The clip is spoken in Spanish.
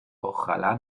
ojalá